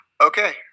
okay